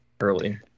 early